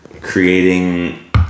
creating